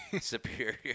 superior